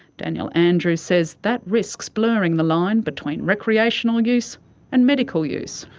daniel andrews says that risks blurring the line between recreational use and medical use.